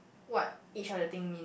what each other thing mean